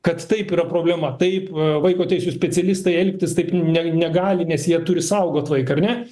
kad taip yra problema taip vaiko teisių specialistai elgtis taip ne negali nes jie turi saugot vaiką ar ne